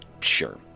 Sure